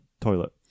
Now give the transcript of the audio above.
toilet